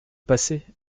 passais